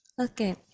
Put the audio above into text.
okay